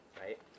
right